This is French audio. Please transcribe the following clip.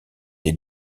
des